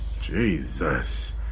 Jesus